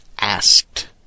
asked